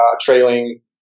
trailing